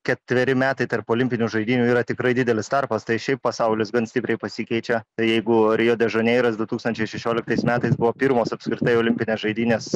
ketveri metai tarp olimpinių žaidynių yra tikrai didelis tarpas tai šiaip pasaulis gan stipriai pasikeičia jeigu rio de žaneiras du tūkstančiai šešioliktais metais buvo pirmos apskritai olimpinės žaidynės